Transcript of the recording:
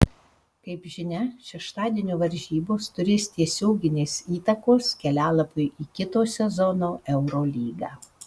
kaip žinia šeštadienio varžybos turės tiesioginės įtakos kelialapiui į kito sezono eurolygą